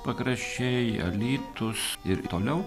pakraščiai alytus ir toliau